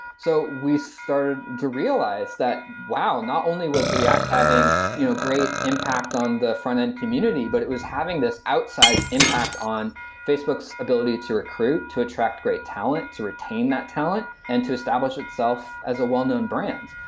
so, we started to realize that, wow, not only was react having you know great impact on the frontend community, but it was having this outsized impact on facebook's ability to recruit, to attract great talent, to retain talent and to establish itself as a well-known brand.